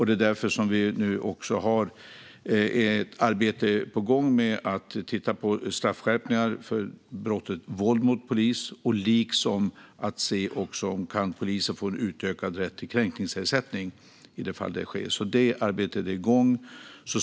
Det är därför det pågår ett arbete i fråga om straffskärpningar för brottet våld mot polis och dessutom i fråga om huruvida poliser kan få utökad rätt till kränkningsersättning. Det arbetet är på gång.